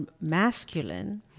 masculine